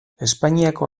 espainiako